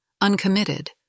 Uncommitted